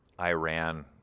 Iran